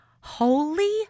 Holy